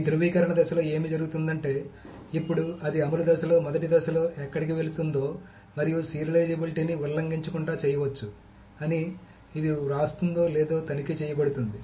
ఈ ధ్రువీకరణ దశలో ఏమి జరుగుతుందంటే ఇప్పుడు ఇది అమలు దశలో మొదటి దశలో ఎక్కడికి వెళుతుందో మరియు సీరియలైజేబిలిటీని ఉల్లంఘించకుండా చేయవచ్చు అని ఇది వ్రాస్తుందో లేదో తనిఖీ చేయబడుతోంది